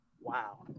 wow